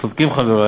צודקים חברי,